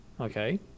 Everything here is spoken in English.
Okay